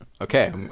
Okay